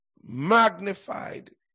magnified